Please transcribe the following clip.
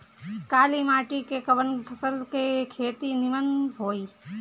काली माटी में कवन फसल के खेती नीमन होई?